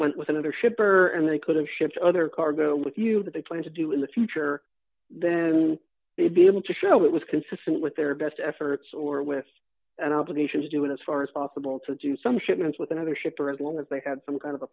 went with another shipper and they could have shipped other cargo with you that they plan to do in the future then they'd be able to show it was consistent with their best efforts or with an obligation to do it as far as possible to do some shipments with another ship or as long as they had some kind of a